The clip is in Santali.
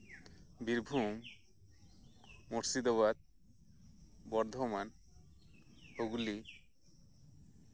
ᱵᱤᱨᱵᱷᱩᱢ ᱢᱩᱨᱥᱤᱫᱟᱵᱟᱫᱽ ᱵᱚᱨᱫᱷᱚᱢᱟᱱ ᱦᱩᱜᱽᱞᱤ